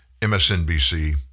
MSNBC